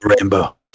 rainbow